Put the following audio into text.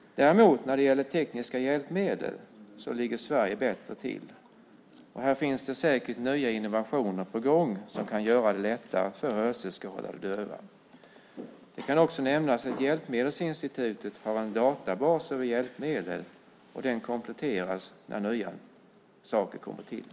När det däremot gäller tekniska hjälpmedel ligger Sverige bättre till. Här finns det säkert nya innovationer på gång som kan göra det lättare för hörselskadade och döva. Det kan också nämnas att Hjälpmedelsinstitutet har en databas över hjälpmedel, och den kompletteras när nya saker kommer till.